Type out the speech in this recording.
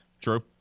True